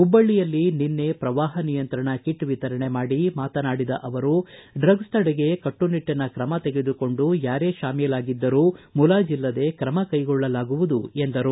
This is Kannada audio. ಹುಬ್ಬಳ್ಳಿಯಲ್ಲಿ ನಿನ್ನೆ ಪ್ರವಾಹ ನಿಯಂತ್ರಣಾ ಕಿಟ್ ವಿತರಣೆ ಮಾಡಿ ಮಾತನಾಡಿದ ಅವರು ಡ್ರಗ್ಲೆ ತಡೆಗೆ ಕಟ್ಸುನಿಟ್ಲಿನ ಕ್ರಮ ತೆಗೆದುಕೊಂಡು ಯಾರೇ ಶಾಮೀಲಾಗಿದ್ದರೂ ಮುಲಾಜಿಲ್ಲದೆ ಕ್ರಮ ಕೈಗೊಳ್ಳಲಾಗುವದು ಎಂದರು